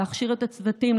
להכשיר את הצוותים,